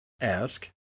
ask